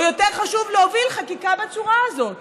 או יותר חשוב להוביל חקיקה בצורה הזאת?